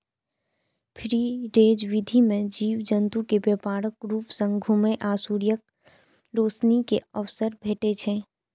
free range विधि मे जीव जंतु कें व्यापक रूप सं घुमै आ सूर्यक रोशनी के अवसर भेटै छै